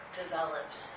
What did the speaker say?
develops